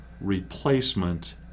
replacement